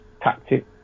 tactic